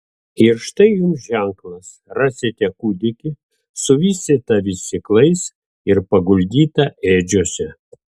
ir štai jums ženklas rasite kūdikį suvystytą vystyklais ir paguldytą ėdžiose